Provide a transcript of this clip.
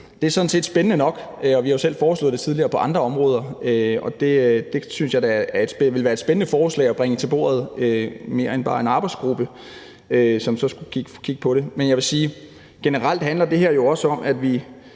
sådan set er spændende nok, og vi har jo tidligere selv foreslået det på andre områder. Det synes jeg da ville være et spændende forslag at bringe til bordet, mere end bare en arbejdsgruppe, som skal kigge på det. Men generelt handler det her jo også om, at vi